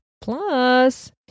Plus